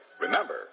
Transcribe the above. Remember